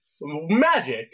magic